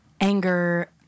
anger